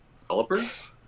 Developers